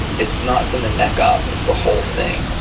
it's not from the neck up. it's the whole thing,